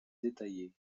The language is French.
détaillée